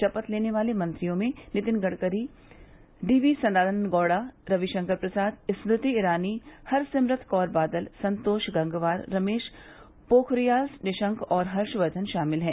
शपथ लेने वाले मंत्रियों में नितिन गडकरी डी वी सदानंद गौड़ा रविशंकर प्रसाद स्मृति ईरानी हरसिमरत कौर बादल संतोष गंगवार रमेश पोखरियाल निशंक और हर्षकर्धन शामिल हैं